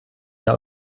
der